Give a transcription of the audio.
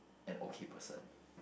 an okay person